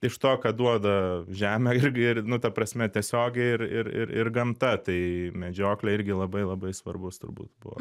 iš to ką duoda žemė irgi ir nu ta prasme tiesiogiai ir ir ir ir gamta tai medžioklė irgi labai labai svarbus turbūt buvo